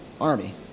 army